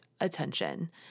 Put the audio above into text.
Attention